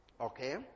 Okay